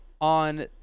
on